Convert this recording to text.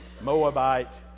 Moabite